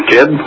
Kid